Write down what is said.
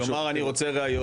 הוא יאמר שהוא רוצה להביא ראיות.